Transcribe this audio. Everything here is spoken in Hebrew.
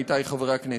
עמיתי חברי הכנסת,